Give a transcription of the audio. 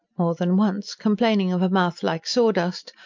more than once, complaining of a mouth like sawdust,